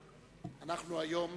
אנחנו היום